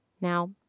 Now